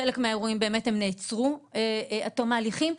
בחלק מהאירועים הם באמת נעצרו עד תום ההליכים.